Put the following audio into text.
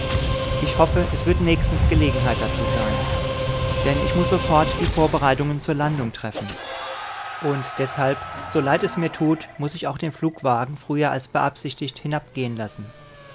ich hoffe es wird nächstens gelegenheit dazu sein denn ich muß sofort die vorbereitungen zur landung treffen und deshalb so leid es mir tut muß ich auch den flugwagen früher als beabsichtigt hinabgehen lassen